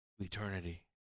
eternity